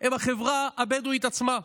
הם החברה הבדואית עצמה.